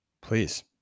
please